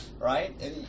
right